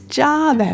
job